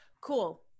Cool